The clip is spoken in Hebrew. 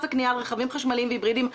הקנייה על רכבים חשמליים והיברידיים עלה."